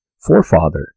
forefather